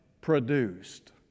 produced